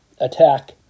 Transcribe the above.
attack